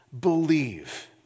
believe